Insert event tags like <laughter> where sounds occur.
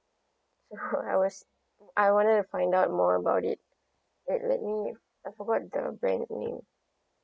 so <laughs> I was I wanna to find out more about it wait let me I forgot the brand name